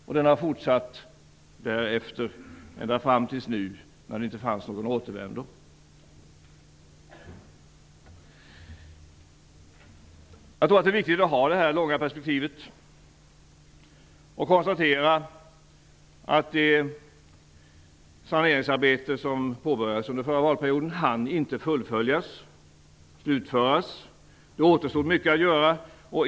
Det har fortsatt därefter ända fram tills nu när det inte finns någon återvändo. Jag tror att det är viktigt att ha det här långa perspektivet. Vi kan konstarera att det saneringsarbete som påbörjades under förra valperioden inte hann fullföljas och slutföras. Det återstod mycket att göra.